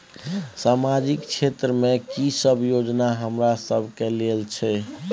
सामाजिक क्षेत्र में की सब योजना हमरा सब के लेल छै?